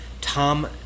Tom